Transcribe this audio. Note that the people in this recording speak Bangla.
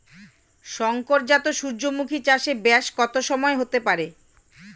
শংকর জাত সূর্যমুখী চাসে ব্যাস কত সময় হতে পারে?